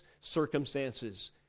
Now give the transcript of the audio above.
circumstances